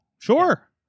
Sure